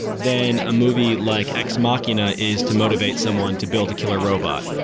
then a movie like ex machina is to motivate someone to build a killer robot.